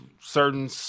certain